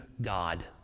God